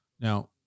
Now